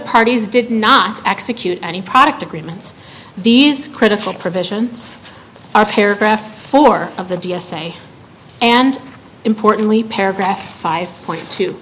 parties did not execute any product agreements these critical provisions are paragraph four of the d s a and importantly paragraph five point to